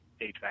HVAC